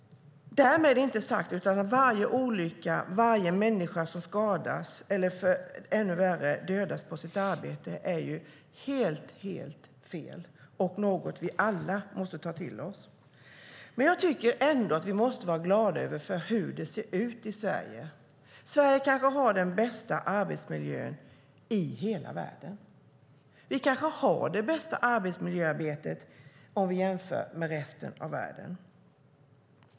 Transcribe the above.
Därmed är det inte sagt att inte varje olycka och varje människa som skadas eller - ännu värre - dödas på sitt arbete är helt fel och något som vi alla måste ta till oss. Men jag tycker ändå att vi måste vara glada över hur det ser ut i Sverige. Sverige kanske har den bästa arbetsmiljön i hela världen. Vi kanske har det bästa arbetsmiljöarbetet om vi jämför med resten av världen.